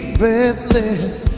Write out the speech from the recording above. breathless